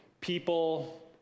People